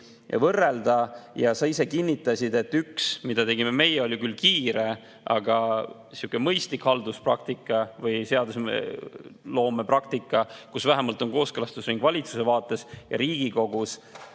võrrelda. Sa ise kinnitasid, et mida tegime meie, oli küll kiire, aga sihuke mõistlik halduspraktika või seadusloome praktika, mille kohaselt vähemalt on kooskõlastusring valitsuse vaates ja Riigikogus